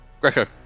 greco